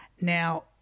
Now